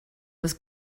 was